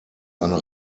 eine